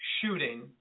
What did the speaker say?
shooting